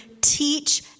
teach